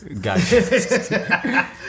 Gotcha